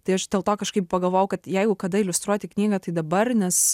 tai aš dėl to kažkaip pagalvojau kad jeigu kada iliustruoti knygą tai dabar nes